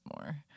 more